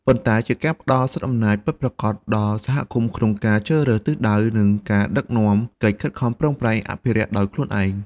ប៉ុន្តែជាការផ្ដល់សិទ្ធិអំណាចពិតប្រាកដដល់សហគមន៍ក្នុងការជ្រើសរើសទិសដៅ និងដឹកនាំកិច្ចខិតខំប្រឹងប្រែងអភិរក្សដោយខ្លួនឯង។